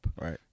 Right